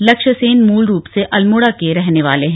लक्ष्य सेन मूलरूप से अल्मोड़ा के रहने वाले हैं